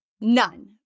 None